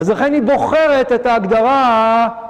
אז אכן היא בוחרת את ההגדרה